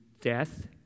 death